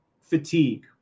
fatigue